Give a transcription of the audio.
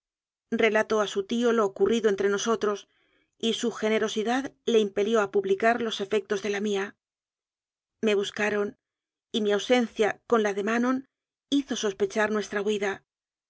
lató a su tío lo ocurrido entre nosotros y su ge nerosidad le impelió a publicar los efectos de la nía me buscaron y mi ausencia con la de ma non hizo sospechar nuestra huida